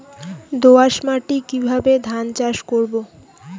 দোয়াস মাটি কিভাবে ধান চাষ করব?